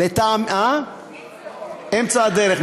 "אמצע הדרך".